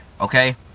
okay